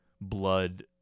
blood